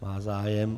Má zájem.